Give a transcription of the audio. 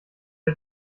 wir